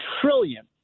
trillion